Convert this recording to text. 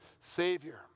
Savior